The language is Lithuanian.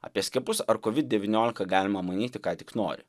apie skiepus ar covid devyniolika galima manyti ką tik nori